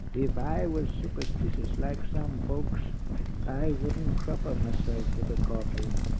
if i was superstitious like some folks i wouldn't crap on myself at the coffin